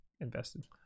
invested